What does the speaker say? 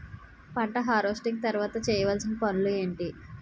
పంట హార్వెస్టింగ్ తర్వాత చేయవలసిన పనులు ఏంటి?